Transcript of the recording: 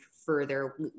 further